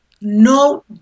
No